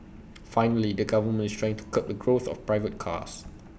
finally the government is trying to curb the growth of private cars